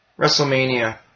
WrestleMania